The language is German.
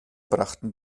brachten